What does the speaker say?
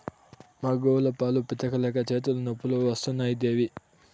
మా గోవుల పాలు పితిక లేక చేతులు నొప్పులు వస్తున్నాయి దేవీ